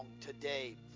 today